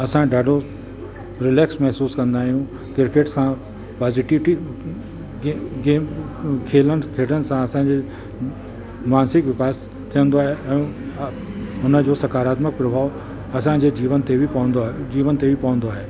असां ॾाढो रिलेक्स महिसूसु कंदा आहियूं क्रिकेट सां पॉज़िटिटी गे गेम खेलन खेॾण सां असांजे मानसिक विकास थींदो आहे ऐं हुन जो सकारात्मक प्रभाव असांजे जीवन ते बि पवंदो आहे जीवन ते बि पवंदो आहे